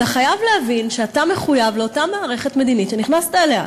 אתה חייב להבין שאתה מחויב לאותה מערכת מדינית שנכנסת אליה.